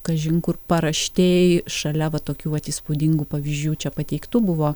kažin kur paraštėj šalia va tokių vat įspūdingų pavyzdžių čia pateiktų buvo